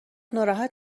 ناراحت